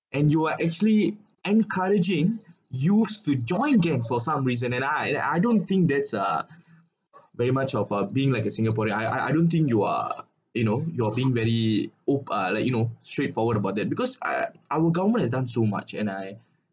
and you are actually encouraging youths to join gangs for some reason and I that I don't think that's uh very much of uh being like a singaporean I I I don't think you're you know you're being very op~ uh like you know straightforward about that because uh our government has done so much and I